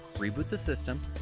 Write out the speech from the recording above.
reboot the system,